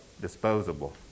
disposable